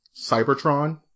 Cybertron